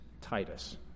Titus